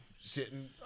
sitting